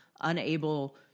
unable